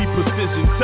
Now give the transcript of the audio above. Precision